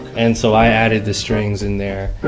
and so i added the strings in there